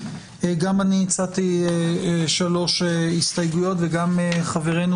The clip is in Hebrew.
גם אני הצעתי שלוש הסתייגויות וגם חברנו,